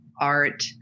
art